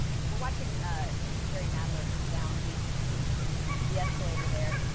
we're watching jerry nadler come down the the escalator there.